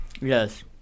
Yes